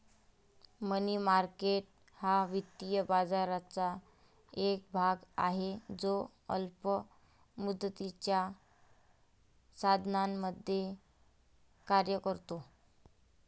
मनी market हा वित्तीय बाजाराचा एक भाग आहे जो अल्प मुदतीच्या साधनांमध्ये कार्य करतो